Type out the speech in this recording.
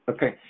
Okay